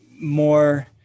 more